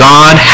God